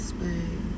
Spain